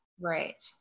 right